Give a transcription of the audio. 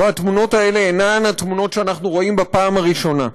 והתמונות האלה אינן תמונות שאנחנו רואים בפעם הראשונה.